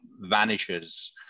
vanishes